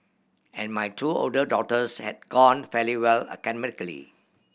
and my two older daughters had gone fairly well academically